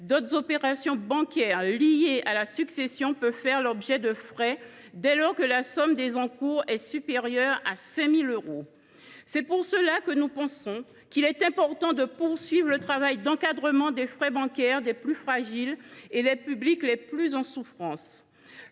d’autres opérations bancaires liées à la succession peuvent faire l’objet de frais dès lors que la somme des encours est supérieure à 5 000 euros. C’est pour cela qu’il est important de poursuivre le travail d’encadrement des frais bancaires pour les plus fragiles et les publics les plus en souffrance.